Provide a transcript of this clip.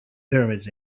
pyramids